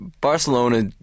Barcelona